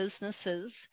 businesses